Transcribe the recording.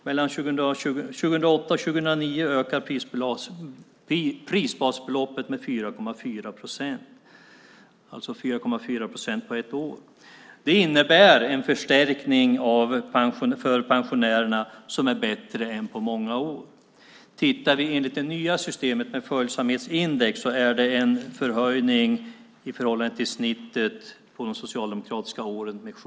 Mellan 2008 och 2009 ökade prisbasbeloppet med 4,4 procent, alltså 4,4 procent på ett år. Det innebär en förstärkning för pensionärerna som är bättre än på många år. Enligt det nya systemet med följsamhetsindex är det en höjning med 70 procent i förhållande till snittet under de socialdemokratiska åren.